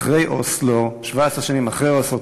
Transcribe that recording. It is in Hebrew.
ו-17 שנים אחרי אוסלו,